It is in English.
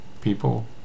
people